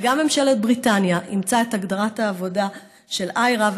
וגם ממשלת בריטניה אימצה את הגדרת העבודה של IHRA,